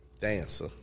dancer